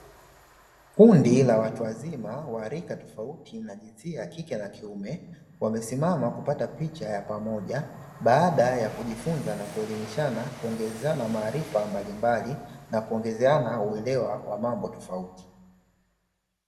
Kundi la watu wazima wa rika tofauti na jinsia ya kike na kiume wamesimama kupata picha ya pamoja, baada ya kujifunza na kuelimishana kuongezana maarifa mbalimbali na kuongezeana uelewa wa mambo tofauti.